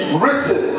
written